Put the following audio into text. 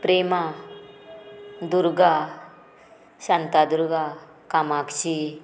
Prema Durga Shantadurga Kamakshi